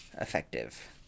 effective